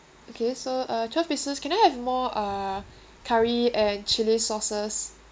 okay so uh twelve pieces can have more uh curry and chili sauces